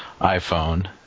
iPhone